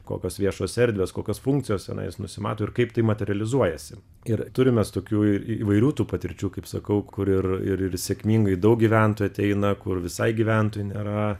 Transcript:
kokios viešos erdvės kokios funkcijos tenais nusimato ir kaip tai materializuojasi ir turim mes tokių ir įvairių tų patirčių kaip sakau kur ir ir ir sėkmingai daug gyventojų ateina kur visai gyventojų nėra